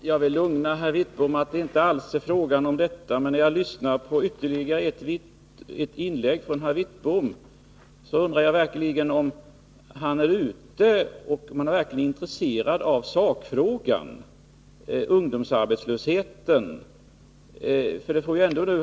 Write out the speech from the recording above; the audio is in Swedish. Herr talman! Jag vill lugna herr Wittbom — det är inte alls fråga om detta. Men när jag lyssnar på ytterligare ett inlägg från herr Wittbom, börjar jag undra om han verkligen är intresserad av sakfrågan, ungdomsarbetslösheten.